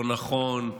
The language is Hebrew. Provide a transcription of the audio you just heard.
לא נכון,